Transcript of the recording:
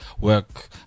work